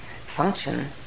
function